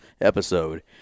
episode